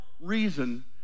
reason